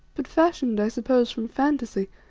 but fashioned, i suppose from fantasy,